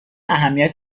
اهمیت